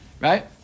right